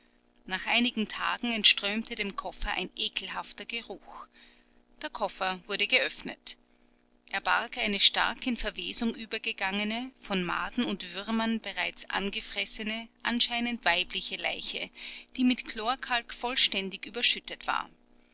nach einigen tagen entströmte dem koffer ein ekelhafter geruch der koffer wurde geöffnet er barg eine stark in verwesung übergegangene von maden und würmern bereits angefressene anscheinend weibliche leiche die mit chlorkalk vollständig überschüttet war